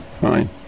fine